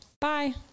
bye